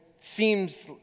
seems